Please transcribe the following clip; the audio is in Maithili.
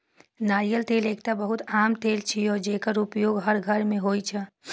नारियल तेल एकटा बहुत आम तेल छियै, जेकर उपयोग हर घर मे होइ छै